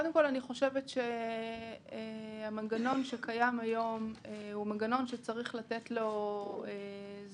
אני חושבת שהמנגנון שקיים היום הוא מנגנון שצריך לתת לו זמן,